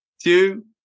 two